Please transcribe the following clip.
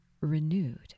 renewed